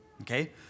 okay